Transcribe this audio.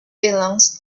belongs